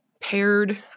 paired